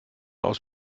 aus